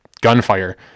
gunfire